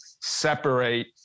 separate